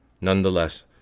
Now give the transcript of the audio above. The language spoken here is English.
Nonetheless